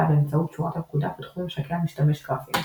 באמצעות שורת הפקודה פותחו ממשקי משתמש גרפיים.